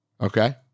Okay